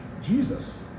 Jesus